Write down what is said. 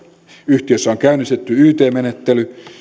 yhtiössä on käynnistetty yt menettely